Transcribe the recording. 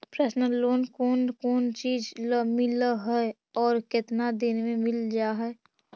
Personal loan कोन कोन चिज ल मिल है और केतना दिन में मिल जा है?